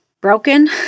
broken